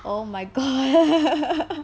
oh my god